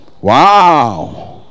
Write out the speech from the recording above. Wow